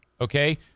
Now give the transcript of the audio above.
okay